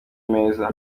meza